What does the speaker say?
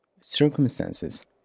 circumstances